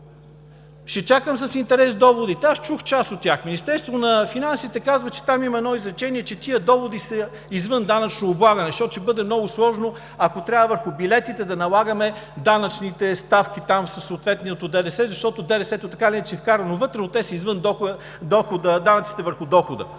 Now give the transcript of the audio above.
Ще чакам с интерес доводите. Аз чух част от тях. Министерството на финансите казва, че там има едно изречение, че тези доводи са извън данъчно облагане, защото ще бъде много сложно, ако трябва върху билетите да налагаме данъчните ставки със съответното ДДС, защото ДДС-то така или иначе е вкарано вътре, но те са извън данъците върху дохода.